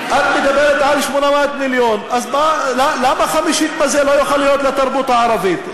אז למה חמישית מזה לא יכולה להיות לתרבות הערבית?